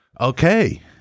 Okay